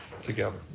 together